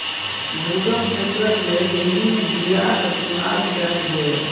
दुर्गम क्षेत्रक लेल विभिन्न बीयाक चुनाव कयल गेल